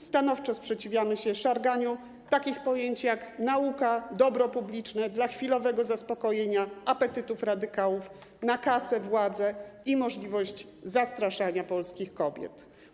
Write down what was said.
Stanowczo sprzeciwiamy się szarganiu takich pojęć jak „nauka” i „dobro publiczne” dla chwilowego zaspokojenia apetytów radykałów na kasę, władzę i możliwość zastraszania polskich kobiet.